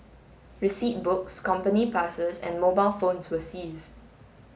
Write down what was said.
receipt books company passes and mobile phones were seized